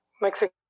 Mexico